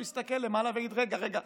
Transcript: יסתכל למעלה ויגיד: רגע,